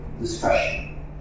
discussion